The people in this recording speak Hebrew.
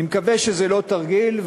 אני מקווה שזה לא תרגיל,